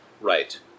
Right